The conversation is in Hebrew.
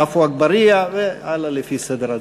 עפו אגבאריה והלאה לפי סדר הדוברים.